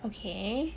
okay